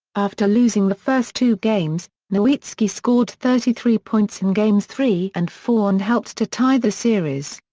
after losing the first two games, nowitzki scored thirty three points in games three and four and helped to tie the series.